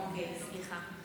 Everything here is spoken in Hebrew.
אוקיי, סליחה.